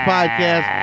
Podcast